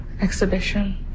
exhibition